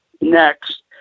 next